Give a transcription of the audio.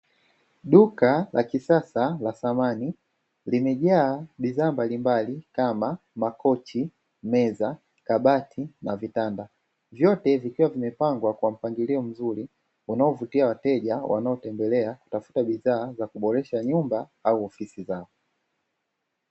Duka la kisasa la samani limejaa bidhaa mbalimbali kama: makochi, meza, kabati, na vitanda , vyote vikiwa vimepangwa kwa mpangilio mzuri unaovutia wateja wanaotembelea kutafuta bidhaa za kuboresha nyumba au ofisi zao.